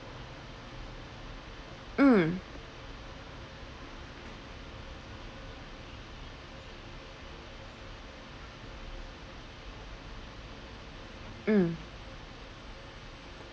mm mm